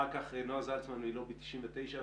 אחר כך נועה זלצמן מלובי 99,